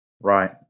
Right